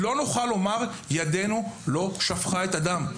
אחרת לא נוכל לומר שידינו לא שפכה את הדם.